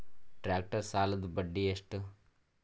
Tractor ಸಾಲದ್ದ ಬಡ್ಡಿ ಎಷ್ಟ?